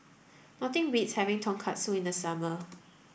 nothing beats having Tonkatsu in the summer